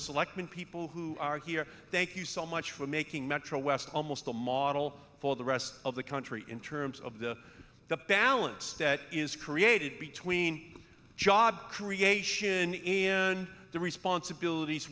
of selectmen people who are here thank you so much for making metro west almost a model for the rest of the country in terms of the the balance that is created between job creation in the responsibilities